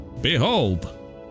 Behold